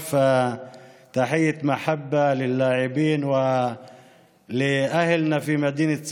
היא הייתה גדולה בין גדולות ושבה להיות גדולה בין גדולות.